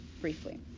briefly